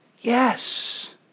Yes